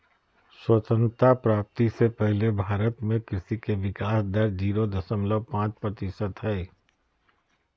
स्वतंत्रता प्राप्ति से पहले भारत में कृषि के विकाश दर जीरो दशमलव पांच प्रतिशत हई